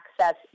access